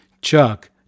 Chuck